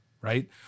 right